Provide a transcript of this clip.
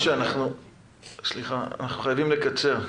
משה, סליחה, אנחנו חייבים לקצר.